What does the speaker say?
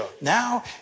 Now